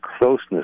closeness